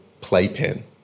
playpen